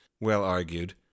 well-argued